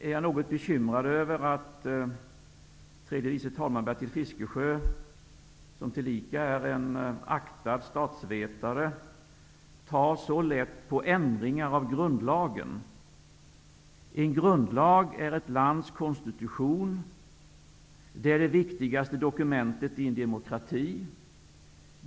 Jag är något bekymrad över att tredje vice talman Bertil Fiskesjö, som tillika är en aktad statsvetare, tar så lätt på ändringar av grundlagen. En grundlag är ett lands konstitution. Den utgör det viktigaste dokumentet i en demokrati.